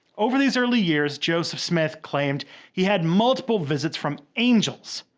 over these early years, joseph smith claimed he had multiple visits from angels.